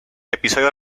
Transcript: episodio